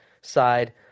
side